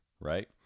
right